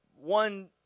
one